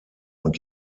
und